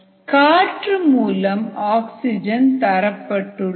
காற்று மூலம் ஆக்சிஜன் தரப்பட்டுள்ளது